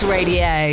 Radio